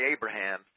Abraham